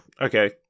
okay